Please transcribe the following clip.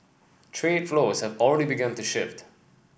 trade flows have already begun to shift